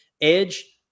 Edge